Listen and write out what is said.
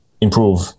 improve